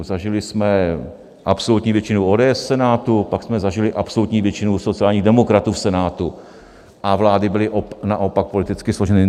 Zažili jsme absolutní většinu ODS v Senátu, pak jsme zažili absolutní většinu sociálních demokratů v Senátu, a vlády byly naopak politicky složeny.